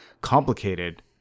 complicated